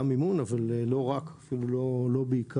גם מימון, אבל לא רק ואפילו לא בעיקר.